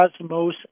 cosmos